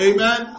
Amen